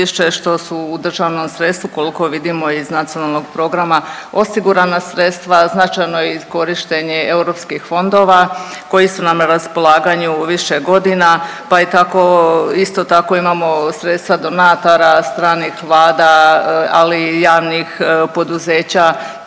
što su u državnom sredstvu, koliko vidimo iz Nacionalnog programa osigurana sredstva, značajno je korištenje i EU fondova koji su nam na raspolaganju više godine pa je tako, isto tako imamo sredstva donatora, stranih vlada, ali i javnih poduzeća